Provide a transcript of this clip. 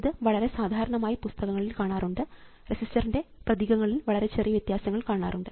ഇത് വളരെ സാധാരണമായി പുസ്തകങ്ങളിൽ കാണാറുണ്ട് റെസിസ്റ്റർൻറെ പ്രതീകങ്ങളിൽ വളരെ ചെറിയ വ്യത്യാസങ്ങൾ കാണാറുണ്ട്